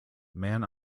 man